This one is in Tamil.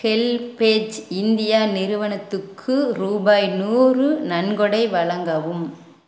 ஹெல்பேஜ் இந்தியா நிறுவனத்துக்கு ரூபாய் நூறு நன்கொடை வழங்கவும்